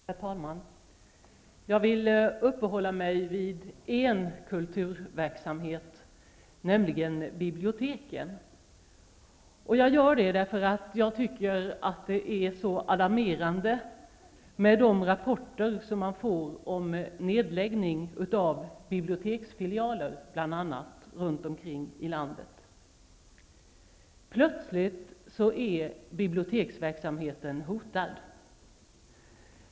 Herr talman! Jag skall uppehålla mig vid en kulturverksamhet, biblioteken. Jag tycker nämligen att de rapporter som kommer och som handlar om nedläggning av bl.a. biblioteksfilialer runt omkring i vårt land är mycket alarmerande. Plötsligt är biblioteksverksamheten hotad.